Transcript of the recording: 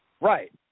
Right